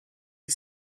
you